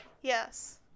Yes